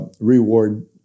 reward